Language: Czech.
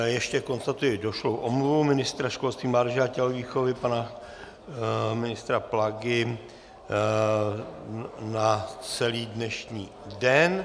Ještě konstatuji došlou omluvu ministra školství, mládeže a tělovýchovy pana Plagy na celý dnešní den.